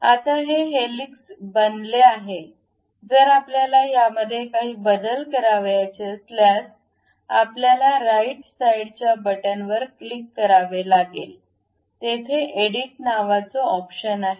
आता हे हेलिक्स बनले आहे जर आपल्याला यामध्ये काही बदल करावयाचे असल्यास आपल्याला राईट साईड च्या बटन बर क्लिक करावे लागेल तेथे एडिट नावाच ऑप्शन आहे